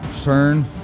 turn